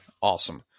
Awesome